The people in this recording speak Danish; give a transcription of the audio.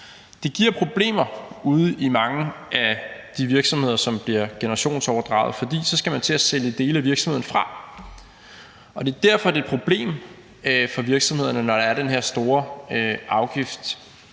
Det giver problemer ude i mange af de virksomheder, som bliver generationsoverdraget, for så skal man til at sælge dele af virksomheden fra. Det er derfor, det er et problem for virksomhederne, når der er den her store afgift.